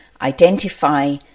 identify